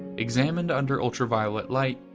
examined under ultraviolet light,